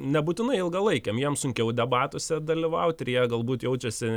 nebūtinai ilgalaikiam jiem sunkiau debatuose dalyvaut ir jie galbūt jaučiasi